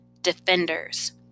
Defenders